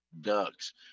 ducks